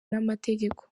n’amategeko